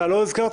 לא הזכרת,